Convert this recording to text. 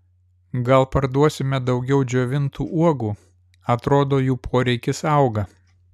gal parduosime daugiau džiovintų uogų atrodo jų poreikis auga